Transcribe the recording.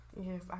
Yes